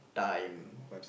time